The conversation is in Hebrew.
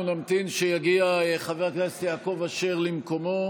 אנחנו נמתין שיגיע חבר הכנסת יעקב אשר למקומו